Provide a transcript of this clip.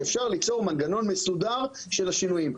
שאפשר ליצור מנגנון מסודר של השינויים.